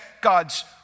God's